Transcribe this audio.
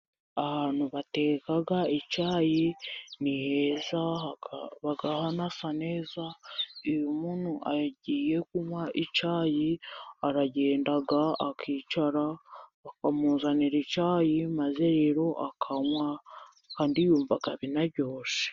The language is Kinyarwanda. Ahantu bateka icyayi, ni heza, haba hanasa neza, iyo umuntu agiye kunywa icyayi, aragenda, akicara bakamuzanira icyayi, maze rero akanywa, kandi yumva binaryoshye.